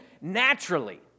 naturally